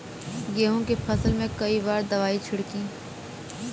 गेहूँ के फसल मे कई बार दवाई छिड़की?